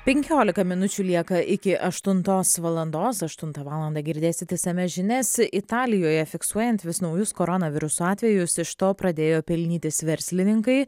penkiolika minučių lieka iki aštuntos valandos aštuntą valandą girdėsit išsamias žinias italijoje fiksuojant vis naujus koronaviruso atvejus iš to pradėjo pelnytis verslininkai